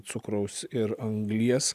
cukraus ir anglies